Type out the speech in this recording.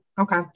Okay